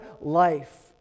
life